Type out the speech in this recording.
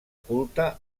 culte